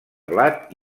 blat